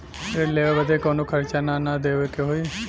ऋण लेवे बदे कउनो खर्चा ना न देवे के होई?